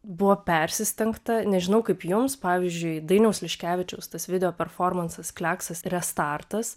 buvo persistengta nežinau kaip jums pavyzdžiui dainiaus liškevičiaus tas video performansas kleksas restartas